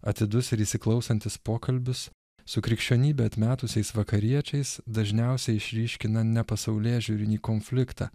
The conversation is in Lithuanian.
atidus ir įsiklausantis pokalbis su krikščionybę atmetusiais vakariečiais dažniausiai išryškina nepasaulėžiūrinį konfliktą